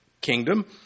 kingdom